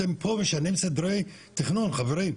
אתם פה משנים סדרי תכנון, חברים.